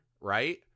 right